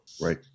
Right